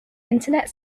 internet